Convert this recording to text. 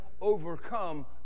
overcome